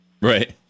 Right